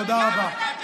תודה רבה.